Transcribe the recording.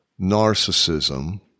narcissism